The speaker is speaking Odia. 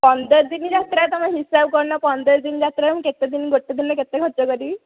ପନ୍ଦର ଦିନ ଯାତ୍ରା ତମେ ହିସାବ କରୁନ ପନ୍ଦର ଦିନ ଯାତ୍ରାରେ ମୁଁ କେତେ ଦିନ ଗୋଟେ ଦିନରେ କେତେ ଖର୍ଚ୍ଚ କରିବି